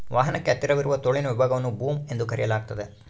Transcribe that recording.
ವಾಹನಕ್ಕೆ ಹತ್ತಿರವಿರುವ ತೋಳಿನ ವಿಭಾಗವನ್ನು ಬೂಮ್ ಎಂದು ಕರೆಯಲಾಗ್ತತೆ